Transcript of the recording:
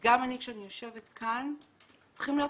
עשוי לקחת יותר זמן מהרגיל, שלא ידאג,